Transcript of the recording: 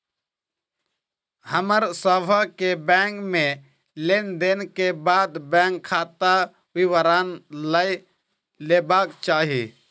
हमर सभ के बैंक में लेन देन के बाद बैंक खाता विवरण लय लेबाक चाही